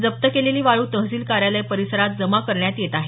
जप्त केलेली वाळू तहसील कार्यालय परिसरात जमा करण्यात येत आहे